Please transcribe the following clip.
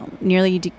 nearly